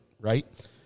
right